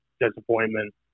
disappointment